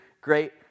great